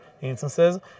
instances